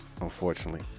unfortunately